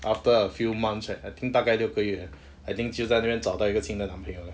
after a few months eh I think 大概六个月 I think 就在那边找到一个新的男朋友了